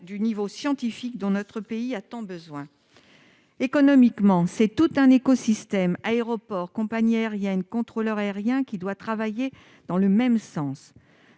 du niveau scientifique, dont notre pays a tant besoin. Économiquement, c'est tout un écosystème- aéroports, compagnies aériennes, contrôleurs aériens -qui doit travailler dans le même sens.